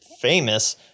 famous